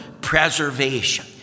preservation